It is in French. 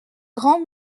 grand